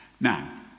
Now